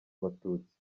abatutsi